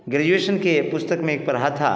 graduation की एक पुस्तक में पढ़ा था